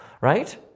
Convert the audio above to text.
right